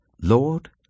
Lord